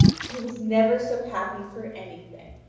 he was never so happy for anything.